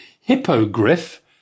Hippogriff